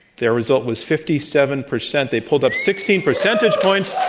their result was fifty seven percent. they pulled up sixteen percentage points.